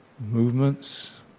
Movements